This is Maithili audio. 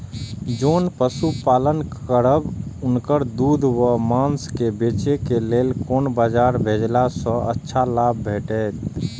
जोन पशु पालन करब उनकर दूध व माँस के बेचे के लेल कोन बाजार भेजला सँ अच्छा लाभ भेटैत?